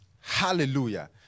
Hallelujah